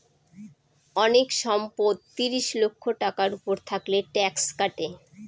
অনেক সম্পদ ত্রিশ লক্ষ টাকার উপর থাকলে ট্যাক্স কাটে